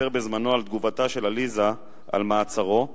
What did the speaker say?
סיפר בזמנו על תגובתה של עליזה על מעצרו,